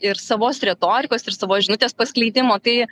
ir savos retorikos ir savos žinutės paskleidimo tai